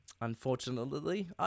unfortunately